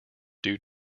due